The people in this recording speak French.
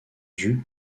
dues